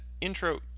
intro